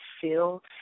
feel